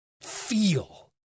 feel